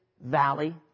valley